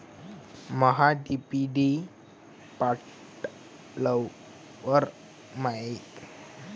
महा DBT पोर्टलवर मायती भरनं चांगलं हाये का?